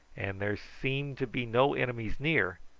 and there seem to be no enemies near,